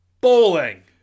Bowling